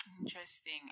interesting